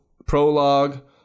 Prologue